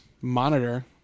monitor